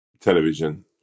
television